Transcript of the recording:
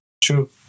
True